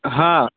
हां